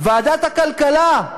ועדת הכלכלה,